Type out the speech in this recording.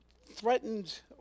threatened